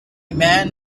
man